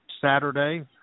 Saturday